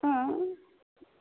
ओ